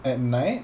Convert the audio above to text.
at night